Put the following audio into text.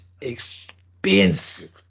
expensive